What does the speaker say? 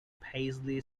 paisley